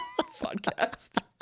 Podcast